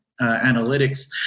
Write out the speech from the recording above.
analytics